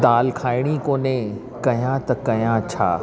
दालि खाइणी कोन्हे कया त कया छा